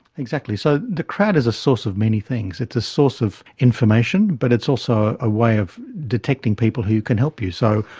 exactly. so the crowd is a source of many things, it's a source of information, but it's also a way of detecting people who can help you. so,